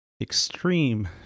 extreme